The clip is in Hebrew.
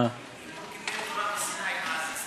אם הוא קיבל תורה מסיני, אז,